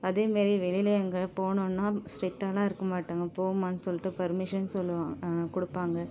அதேமாரி வெளியில் எங்கேயாது போகணுன்னா ஸ்டிக்டாலாம் இருக்க மாட்டாங்கள் போம்மான்னு சொல்லிட்டு பர்மிஷன் சொல்லுவா கொடுப்பாங்க